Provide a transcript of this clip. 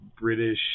British